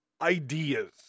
ideas